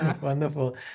Wonderful